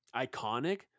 iconic